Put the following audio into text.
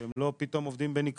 שהם לא פתאום עובדים בניקיון,